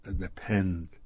depend